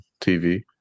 TV